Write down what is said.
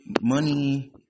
money